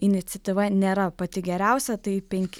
iniciatyva nėra pati geriausia tai penk